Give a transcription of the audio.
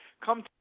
come